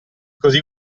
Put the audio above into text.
così